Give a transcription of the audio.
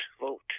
vote